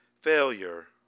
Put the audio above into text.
failure